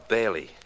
Bailey